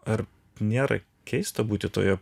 ar nėra keista būti toje